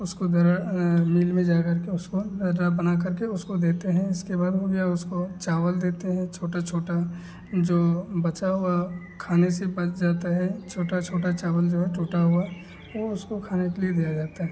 उसको मिल में जा करके उसको दर्रा बना करके उसको देते हैं इसके बाद हो गया उसको चावल देते हैं छोटा छोटा जो बचा हुआ खाने से बच जाता है छोटा छोटा चावल जो है टूटा हुआ वह उसको खाने के लिए दिया जाता है